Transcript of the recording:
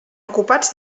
ocupats